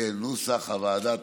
כנוסח הוועדה.